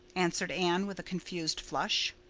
answered anne, with a confused flush.